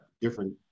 different